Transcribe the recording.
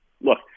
look